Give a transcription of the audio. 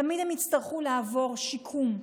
תמיד הם יצטרכו לעבור שיקום,